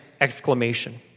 exclamation